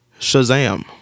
Shazam